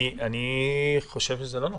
אני חושב שזה לא נכון.